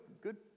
good